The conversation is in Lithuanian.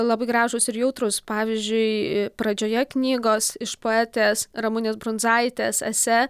labai gražūs ir jautrūs pavyzdžiui pradžioje knygos iš poetės ramunės brundzaitės esė